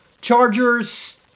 Chargers